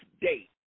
date